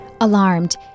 Alarmed